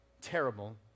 terrible